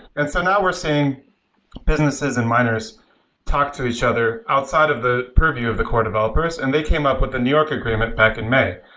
and so now we're seeing businesses and miners talk to each other outside of the purview of the core developers, and they came up with the new york agreement back in may.